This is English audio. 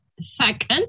Second